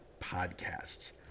podcasts